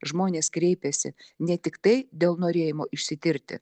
žmonės kreipiasi ne tiktai dėl norėjimo išsitirti